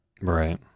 right